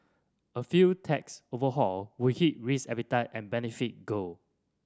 a failed tax overhaul would hit risk appetite and benefit gold